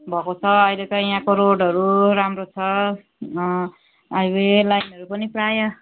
भएको छ अहिले त यहाँको रोडहरू राम्रो छ हाइवे लाइनहरू पनि प्रायः